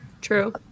True